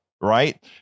right